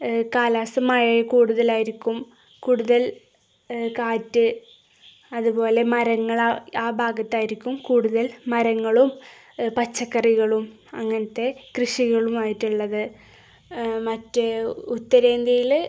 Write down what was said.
കാലാവസ്ഥ മഴ കൂടുതലായിരിക്കും കൂടുതൽ കാറ്റ് അതുപോലെ മരങ്ങള് ആ ഭാഗത്തായിരിക്കും കൂടുതൽ മരങ്ങളും പച്ചക്കറികളും അങ്ങനത്തെ കൃഷികളുമായിട്ടുള്ളത് മറ്റേ ഉത്തരേന്ത്യയില്